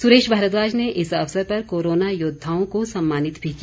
सुरेश भारद्वाज ने इस अवसर पर कोरोना योद्वाओं को सम्मानित भी किया